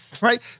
Right